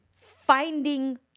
finding